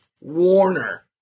Warner